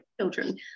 children